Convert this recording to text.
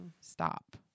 Stop